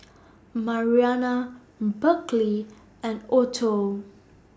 Marianna Berkley and Otho